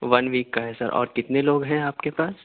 one week کا ہے sir اور کتنے لوگ ہیں آپ کے پاس